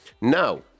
Now